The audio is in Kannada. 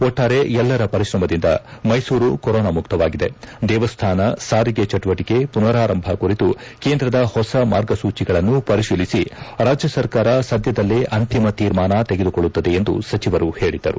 ಒಟ್ಟಾರೆ ಎಲ್ಲರ ಪರಿಶ್ರಮದಿಂದ ಮೈಸೂರು ಕೊರೋನಾ ಮುಕ್ತವಾಗಿದೆ ದೇವಾಸ್ಮಾನ ಸಾರಿಗೆ ಚಟುವಟಿಕೆ ಪುನರಾರಂಭ ಕುರಿತು ಕೇಂದ್ರದ ಹೊಸ ಮಾರ್ಗ ಸೂಚಿಗಳನ್ನು ಪರಿತೀಲಿಸಿ ರಾಜ್ಯ ಸರ್ಕಾರ ಸದ್ದದಲ್ಲೇ ಅಂತಿಮ ತೀರ್ಮಾನ ತೆಗೆದುಕೊಳ್ಳುತ್ತದೆ ಎಂದು ಸಚಿವರು ಹೇಳಿದರು